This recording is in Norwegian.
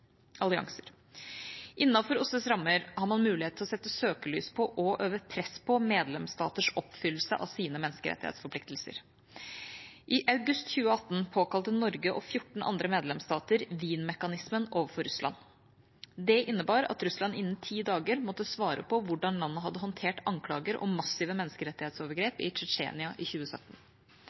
allianser. Innenfor OSSEs rammer har man mulighet til å sette søkelys på og øve press på medlemsstaters oppfyllelse av sine menneskerettighetsforpliktelser. I august 2018 påkalte Norge og 14 andre medlemsstater Wien-mekanismen overfor Russland. Det innebar at Russland innen ti dager måtte svare på hvordan landet hadde håndtert anklager om massive menneskerettighetsovergrep i Tsjetsjenia i 2017.